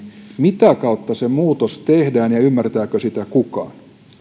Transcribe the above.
mitä kautta se muutos tehdään ja ymmärtääkö sitä kukaan